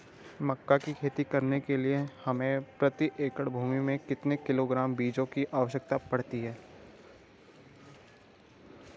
मक्का की खेती करने के लिए हमें प्रति एकड़ भूमि में कितने किलोग्राम बीजों की आवश्यकता पड़ती है?